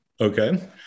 Okay